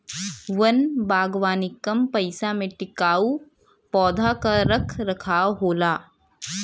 वन बागवानी कम पइसा में टिकाऊ पौधा क रख रखाव होला